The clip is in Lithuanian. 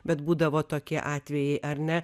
bet būdavo tokie atvejai ar ne